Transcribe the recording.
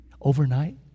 overnight